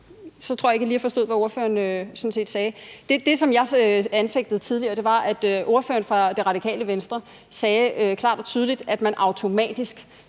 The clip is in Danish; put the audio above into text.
at jeg lige forstod, hvad ordføreren sagde. Det, som jeg anfægtede tidligere, var, at ordføreren for Det Radikale Venstre klart og tydeligt sagde, at man automatisk